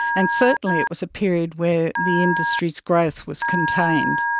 and certainly it was a period where the industry's growth was contained,